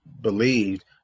believed